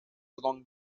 long